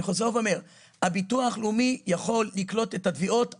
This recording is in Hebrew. אני חוזר ואומר: הביטוח הלאומי יכול לקלוט את התביעות היום.